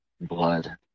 Blood